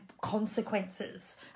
consequences